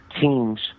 teams